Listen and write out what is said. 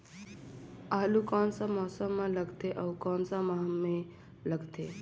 आलू कोन सा मौसम मां लगथे अउ कोन सा माह मां लगथे?